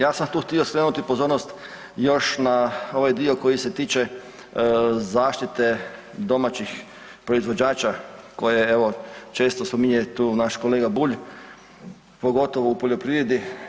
Ja sam tu htio skrenuti pozornost još na ovaj dio koji se tiče zaštite domaćih proizvođača koje evo često spominje tu naš kolega Bulj pogotovo u poljoprivredi.